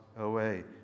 away